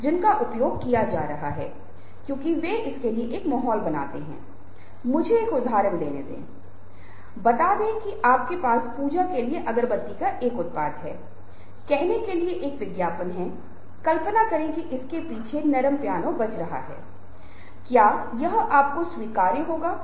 और यहां तक कि जब किसी ने मुश्किल से बात करना बंद कर दिया है तो हम बोलना शुरू करते हैं हमारे पास हमेशा कम समय होता है हम हमेशा जल्दी में होते हैं हमारे पास पूरी जानकारी सुनने के लिए पर्याप्त समय नहीं होता है